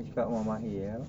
I cakap rumah mahir